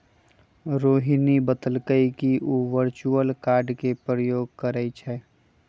रोहिणी बतलकई कि उ वर्चुअल कार्ड के प्रयोग करई छई